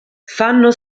fanno